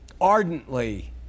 ardently